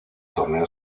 torneo